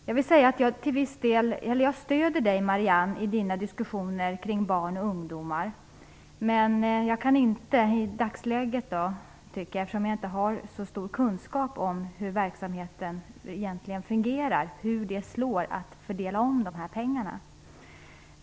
Jag stöder Marianne Andersson i hennes diskussioner kring barn och ungdomar, men i dagsläget har jag inte så stor kunskap om hur verksamheten egentligen fungerar och om hur det slår om man fördelar om dessa pengar.